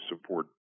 support